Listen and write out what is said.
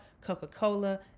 Coca-Cola